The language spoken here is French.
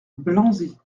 blanzy